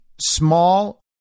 small